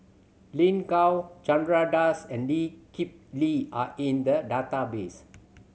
Lin Gao Chandra Das and Lee Kip Lee are in the database